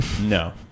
No